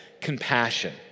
compassion